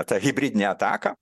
tą hibridinę ataką